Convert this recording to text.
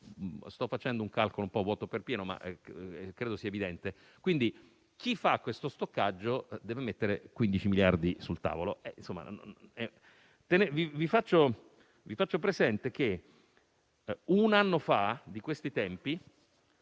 Sto facendo un calcolo un po' vuoto per pieno, ma credo sia evidente. Quindi, chi fa questo stoccaggio deve mettere 15 miliardi sul tavolo. Vi faccio presente che un anno fa, di questi tempi,